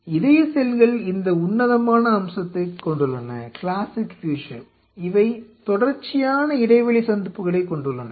எனவே இதய செல்கள் இந்த உன்னதமான அம்சத்தைக் கொண்டுள்ளன இவை தொடர்ச்சியான இடைவெளி சந்திப்புகளைக் கொண்டுள்ளன